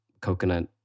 coconut